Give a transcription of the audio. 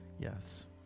Yes